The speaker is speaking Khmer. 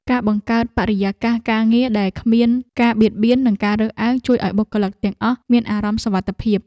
ការបង្កើតបរិយាកាសការងារដែលគ្មានការបៀតបៀននិងការរើសអើង ជួយឱ្យបុគ្គលិកទាំងអស់មានអារម្មណ៍សុវត្ថិភាព។